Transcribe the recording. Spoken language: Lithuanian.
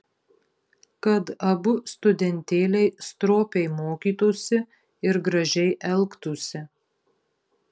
kad abu studentėliai stropiai mokytųsi ir gražiai elgtųsi